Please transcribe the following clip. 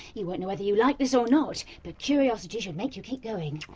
you won't know whether you like this or not, but curiosity should make you keep going.